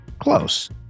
close